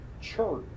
church